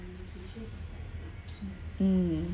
um